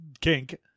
kink